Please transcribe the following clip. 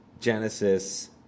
Genesis